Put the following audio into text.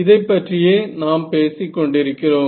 இதைப் பற்றியே நாம் பேசிக் கொண்டிருக்கிறோம்